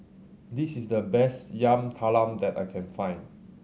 this is the best Yam Talam that I can find